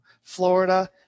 Florida